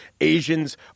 Asians